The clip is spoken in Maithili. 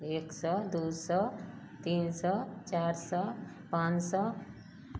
एक सओ दुइ सओ तीन सओ चारि सओ पाँच सओ